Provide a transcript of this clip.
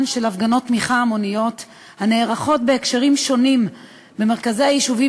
של הפגנות תמיכה המוניות הנערכות בהקשרים שונים במרכזי היישובים